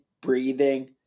breathing